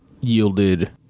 yielded